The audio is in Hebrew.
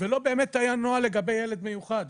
ולא באמת היה נוהל לגבי ילד מיוחד.